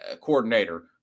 coordinator